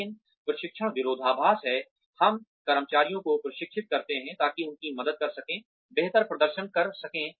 लेकिन प्रशिक्षण विरोधाभास है हम कर्मचारियों को प्रशिक्षित करते हैं ताकि उनकी मदद कर सकें बेहतर प्रदर्शन कर सकें